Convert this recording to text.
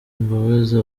imbabazi